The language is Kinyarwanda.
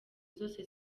zose